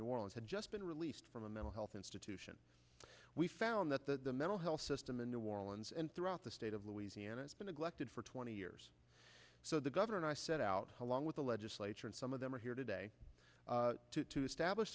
new orleans had just been released from a mental health institution we found that the mental health system in new orleans and throughout the state of louisiana has been a glock did for twenty years so the governor and i set out along with the legislature and some of them are here today to establish